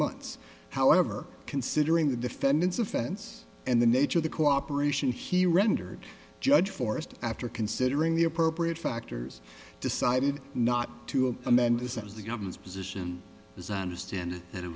months however considering the defendant's offense and the nature of the cooperation he rendered judge forrest after considering the appropriate factors decided not to and amend this as the government's position was understand that